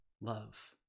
love